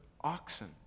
oxen